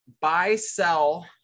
Buy-sell